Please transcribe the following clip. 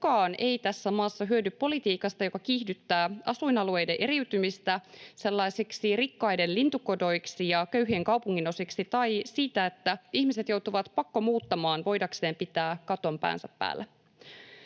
kukaan ei tässä maassa hyödy politiikasta, joka kiihdyttää asuinalueiden eriytymistä sellaisiksi rikkaiden lintukodoiksi ja köyhien kaupunginosiksi, tai siitä, että ihmiset joutuvat pakkomuuttamaan voidakseen pitää katon päänsä päällä.